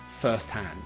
firsthand